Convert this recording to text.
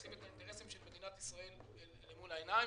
לשים את האינטרסים של מדינת ישראל מול העיניים.